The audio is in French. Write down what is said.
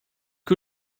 que